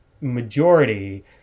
majority